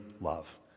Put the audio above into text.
love